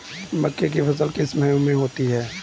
मक्के की फसल किस माह में होती है?